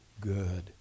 good